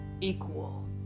equal